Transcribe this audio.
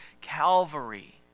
Calvary